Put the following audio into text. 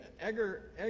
Edgar